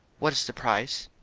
what is the price?